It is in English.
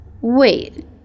Wait